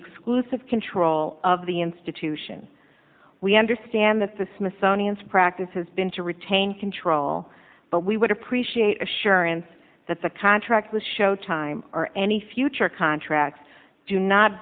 exclusive control of the institution we understand that the smithsonian's practice has been to retain control but we would appreciate assurance that the contract was show time or any future contract do not